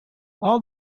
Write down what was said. all